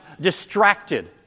distracted